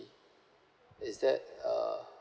is that uh